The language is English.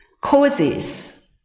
Causes